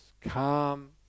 calm